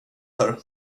för